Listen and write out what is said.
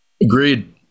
Agreed